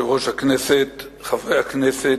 יושב-ראש הכנסת, חברי הכנסת,